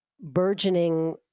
burgeoning